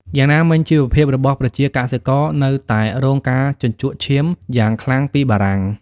យ៉ាងណាមិញ ជីវភាពរបស់ប្រជាកសិករនៅតែរងការជញ្ជក់ឈាមយ៉ាងខ្លាំងពីបារាំង។